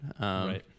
Right